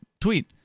tweet